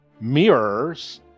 mirrors